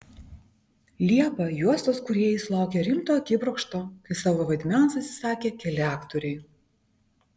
liepą juostos kūrėjai sulaukė rimto akibrokšto kai savo vaidmens atsisakė keli aktoriai